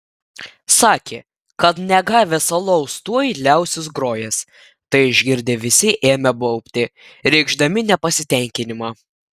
sakė kad negavęs alaus tuoj liausis grojęs tai išgirdę visi ėmė baubti reikšdami nepasitenkinimą